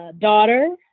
daughter